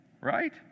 Right